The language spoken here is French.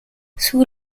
sous